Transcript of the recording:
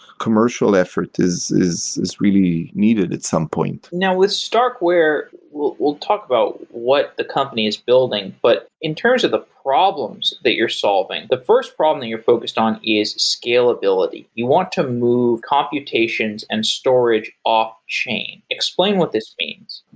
commercial efforts is is really needed at some point. now, with starkware we'll we'll talk about what the company is building, but in terms of the problems that you're solving, the first problem that you're focused on is scalability. you want to move computations and storage off-chain. explain what this means.